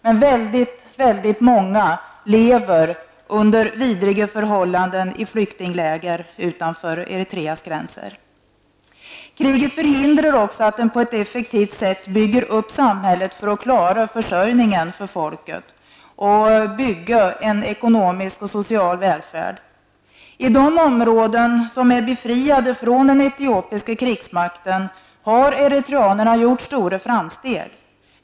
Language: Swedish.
Men väldigt många lever under vidriga förhållanden i flyktingläger utanför Eritreas gränser. Kriget förhindrar också att man på ett effektivt sätt bygger upp samhället för att klara försörjningen för folket och en ekonomisk och social välfärd. I de områden som är befriade från den etiopiska krigsmakten har eritreanerna gjort stora framsteg.